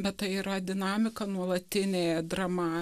bet tai yra dinamika nuolatinė drama